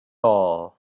all